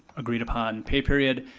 agreed-upon pay period.